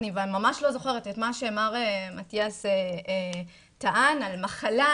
אבל אני ממש לא זוכרת את מה שמר מטיאס טען על מחלה,